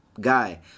guy